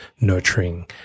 nurturing